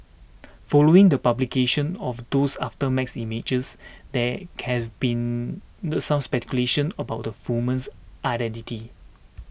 following the publication of those aftermath images there has been the some speculation about the woman's identity